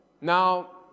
Now